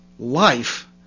Life